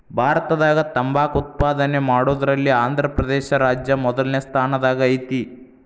ಭಾರತದಾಗ ತಂಬಾಕ್ ಉತ್ಪಾದನೆ ಮಾಡೋದ್ರಲ್ಲಿ ಆಂಧ್ರಪ್ರದೇಶ ರಾಜ್ಯ ಮೊದಲ್ನೇ ಸ್ಥಾನದಾಗ ಐತಿ